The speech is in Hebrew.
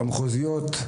המחוזיות,